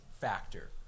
factor